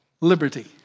liberty